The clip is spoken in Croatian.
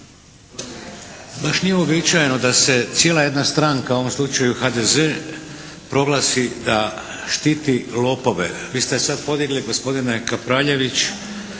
Hvala. Samo